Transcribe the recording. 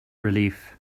relief